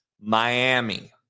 Miami